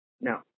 no